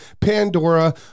Pandora